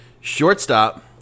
shortstop